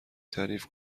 تعریف